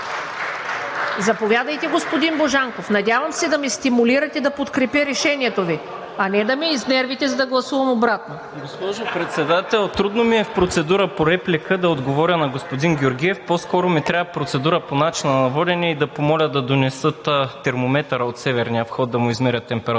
Заповядайте, господни Божанков. Надявам се да ме стимулирате да подкрепя решението Ви, а не да ме изнервите, за да гласувам обратно. ЯВОР БОЖАНКОВ (БСП за България): Госпожо Председател, трудно ми е в процедура по реплика да отговоря на господин Георгиев. По-скоро ми трябва процедура по начина на водене и да помоля да донесат термометъра от Северния вход да му измерят температурата